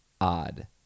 odd